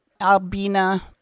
Albina